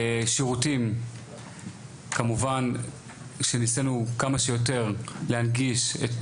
שירותים כמובן שניסינו כמה שיותר להנגיש את